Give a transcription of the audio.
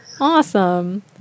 awesome